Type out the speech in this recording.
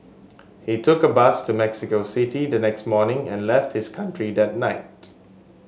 he took a bus to Mexico City the next morning and left his country that night